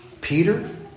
Peter